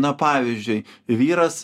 na pavyzdžiui vyras